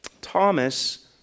Thomas